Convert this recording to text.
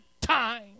time